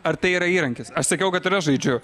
ar tai yra įrankis aš sakiau kad ir aš žaidžiu